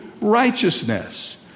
righteousness